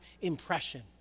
impression